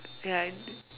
ya and